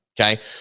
okay